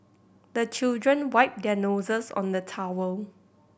the children wipe their noses on the towel